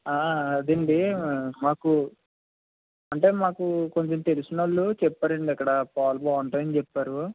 అదండి మాకు అంటే మాకు కొంచెం తెలిసిన వాళ్ళు చెప్పారండి అక్కడ పాలు బాగుంటాయి అని చెప్పారు